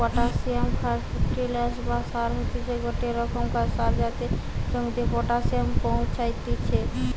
potassium ফার্টিলিসের বা সার হতিছে গটে রোকমকার সার যাতে জমিতে পটাসিয়াম পৌঁছাত্তিছে